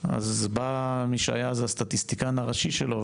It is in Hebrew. אז בא מי שהיה הסטטיסטיקן הראשי שלו,